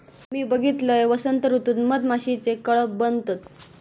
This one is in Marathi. मी बघलंय, वसंत ऋतूत मधमाशीचे कळप बनतत